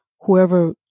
whoever